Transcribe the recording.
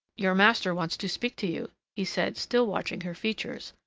your master wants to speak to you, he said, still watching her features.